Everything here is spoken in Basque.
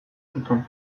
zuten